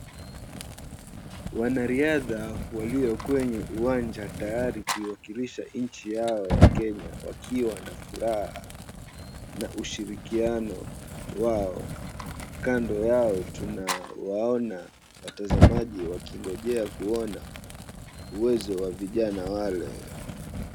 Wanariadha waliokwenye uwanja tayari kuwakilisha nchi yao ya Kenya wakiwa na furaha na ushirikianio wao, kando yao tunawaona watazamaji wakingonjea kuona uwezo wa vijana wale.